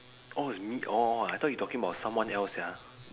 orh it's me orh I thought you talking about someone else sia